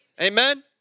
Amen